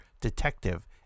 detective